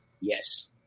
Yes